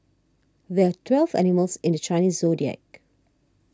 there are twelve animals in the Chinese zodiac